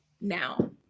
Now